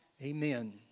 Amen